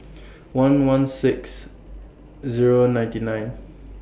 one one six Zero nine nine